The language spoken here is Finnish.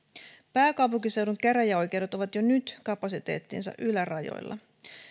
pääkaupunkiseudun käräjäoikeudet ovat jo nyt kapasiteettinsa ylärajoilla